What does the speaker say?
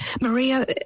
Maria